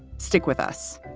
stick with us